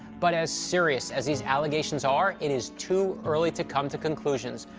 but as serious as these allegations are, it is too early to come to conclusions.